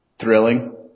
thrilling